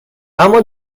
اما